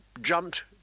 jumped